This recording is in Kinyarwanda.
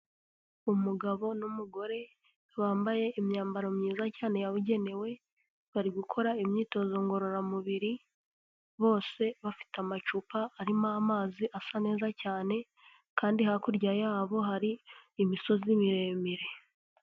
Umugabo n'umugore bambaye imyambaro myiza cyane yabugenewe, bari gukora imyitozo ngororamubiri, bose bafite amacupa arimo amazi asa neza cyane, kandi hakurya yabo hari imisozi miremire.